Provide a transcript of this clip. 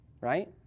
right